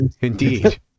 indeed